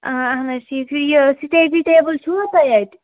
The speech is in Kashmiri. آ اہن حظ ٹھیٖک چھُ یہِ سِٹیڈی ٹیبٕل چھُوا تۄہہِ اَتہِ